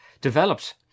developed